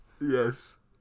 Yes